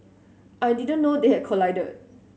I didn't know they had collided